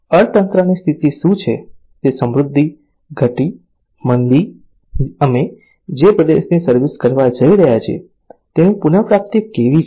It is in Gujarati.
અર્થતંત્રની સ્થિતિ શું છે તે સમૃદ્ધિ ઘટી મંદી અમે જે પ્રદેશની સર્વિસ કરવા જઈ રહ્યા છીએ તેની પુનપ્રાપ્તિ કેવી છે